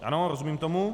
Ano, rozumím tomu?